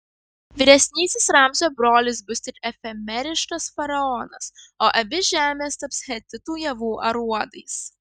vyresnysis ramzio brolis bus tik efemeriškas faraonas o abi žemės taps hetitų javų aruodais